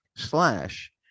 slash